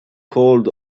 called